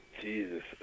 Jesus